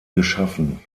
geschaffen